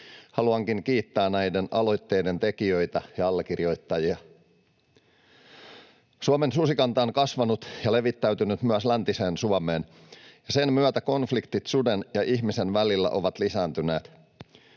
Haluankin kiittää näiden aloitteiden tekijöitä ja allekirjoittajia. Suomen susikanta on kasvanut ja levittäytynyt myös läntiseen Suomeen. Sen myötä konfliktit suden ja ihmisen välillä ovat lisääntyneet.